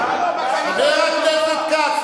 חבר הכנסת כץ,